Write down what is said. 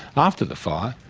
after the fire,